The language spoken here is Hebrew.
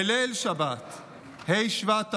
בליל שבת ה' השבט תשפ"ג,